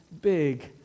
big